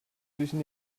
zwischen